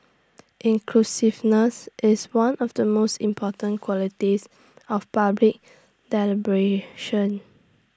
inclusiveness is one of the most important qualities of public deliberation